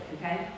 okay